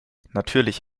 natürlich